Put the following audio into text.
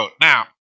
Now